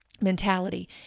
mentality